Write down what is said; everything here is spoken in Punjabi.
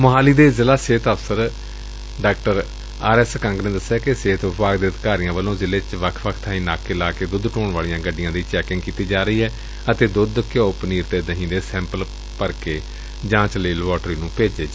ਮੋਹਾਲੀ ਦੇ ਜ਼ਿਲ੍ਹਾ ਸਿਹਤ ਅਫਸਰ ਡਾ ਆਰਐਸ ਕੰਗ ਨੇ ਦਸਿਆ ਕਿ ਸਿਹਤ ਵਿਭਾਗ ਦੇ ਅਧਿਕਾਰੀਆਂ ਵੱਲੋਂ ਜ਼ਿਲੇ ਵਿੱਚ ਵੱਖ ਵੱਖ ਬਾਈਂ ਨਾਕੇ ਲਾ ਕੇ ਦੁੱਧ ਢੋਣ ਵਾਲੀਆਂ ਗੱਡੀਆਂ ਦੀ ਚੈਕਿੰਗ ਕੀਤੀ ਜਾ ਰਹੀ ਏ ਅਤੇ ਦੂੱਧ ਘਿਓ ਪਨੀਰ ਤੇ ਦਹੀ ਦੇ ਸੈਂਪਲ ਭਰੇ ਗਏ ਤੇ ਜਾਚ ਲਈ ਲੈਬੋਰਟਰੀ ਭੇਜੇ ਗਏ ਨੇ